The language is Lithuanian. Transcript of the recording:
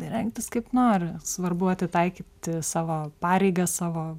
rengtis kaip nori svarbu atitaikyti savo pareigą savo